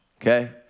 okay